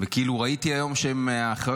וכל מה שהמשפחה